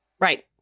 Right